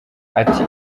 ati